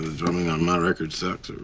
drumming on my record sucks?